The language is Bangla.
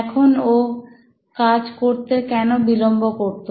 এখন ও কাজ করতে কেন বিলম্ব করতো